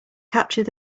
capture